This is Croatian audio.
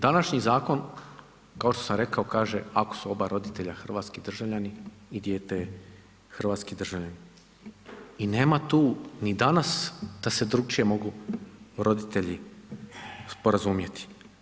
Današnji zakon, kao što sam rekao, kaže ako su oba roditelja hrvatski državljani i dijete je hrvatski državljanin i nema tu ni danas da se drukčije mogu roditelji sporazumjeti.